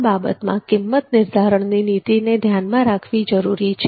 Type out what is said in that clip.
આ બાબતમાં કિંમત નિર્ધારણની નીતીને ધ્યાનમાં રાખવી જરૂરી છે